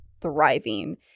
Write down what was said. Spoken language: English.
thriving